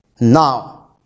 Now